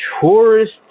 tourist